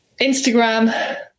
Instagram